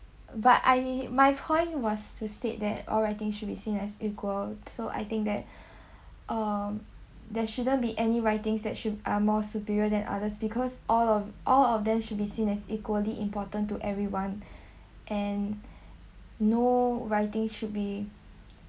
but I my point was to state that all writing should be seen as equal so I think that um there shouldn't be any writings that should are more superior than others because all of all of them should be seen as equally important to everyone and no writing should be